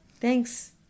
thanks